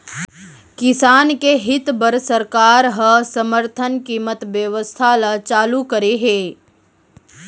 किसान के हित बर सरकार ह समरथन कीमत बेवस्था ल चालू करे हे